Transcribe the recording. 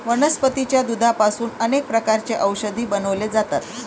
वनस्पतीच्या दुधापासून अनेक प्रकारची औषधे बनवली जातात